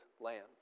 land